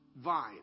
vine